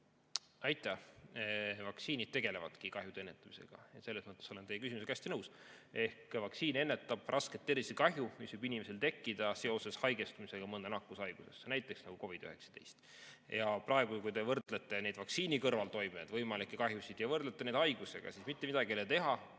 Aitäh! Vaktsiinid tegelevadki kahjude ennetamisega, selles mõttes olen teie küsimusega hästi nõus. Ehk vaktsiin ennetab rasket tervisekahju, mis võib inimesel tekkida seoses haigestumisega mõnda nakkushaigusesse, näiteks nagu COVID‑19. Kui te vaatate neid vaktsiini kõrvaltoimeid, võimalikke kahjusid ja võrdlete neid haigusega, siis mitte midagi ei ole teha,